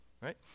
right